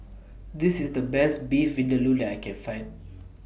This IS The Best Beef Vindaloo that I Can Find